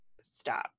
stop